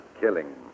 killing